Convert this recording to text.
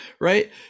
right